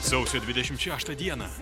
sausio dvidešimt šeštą dieną